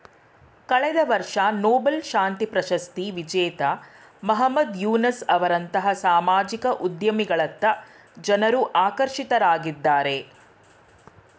ಕಳೆದ ವರ್ಷ ನೊಬೆಲ್ ಶಾಂತಿ ಪ್ರಶಸ್ತಿ ವಿಜೇತ ಮಹಮ್ಮದ್ ಯೂನಸ್ ಅವರಂತಹ ಸಾಮಾಜಿಕ ಉದ್ಯಮಿಗಳತ್ತ ಜನ್ರು ಆಕರ್ಷಿತರಾಗಿದ್ದಾರೆ